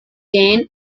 gain